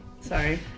Sorry